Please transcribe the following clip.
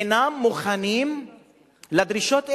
אינם מוכנים לדרישות אלה,